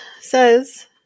says